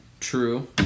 True